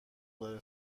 داره